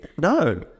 No